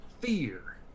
fear